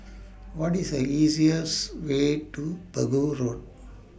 What IS The easiest Way to Pegu Road